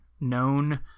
known